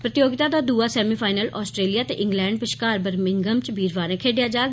प्रतियोतिा दा दूआ semifinal Australia ते इंग्लैंड बष्कार बर्मिंघम च वीरवारें खेड्डेआ जाग